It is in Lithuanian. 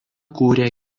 kūrė